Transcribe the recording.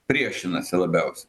priešinasi labiausiai